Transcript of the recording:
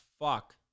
fuck